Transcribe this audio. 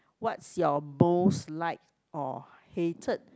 what's your most like or hated